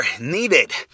needed